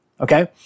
Okay